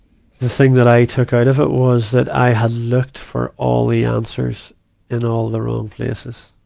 the thing that i took out of it was that i had looked for all the answers in all the wrong places,